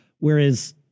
Whereas